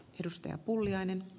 arvoisa puhemies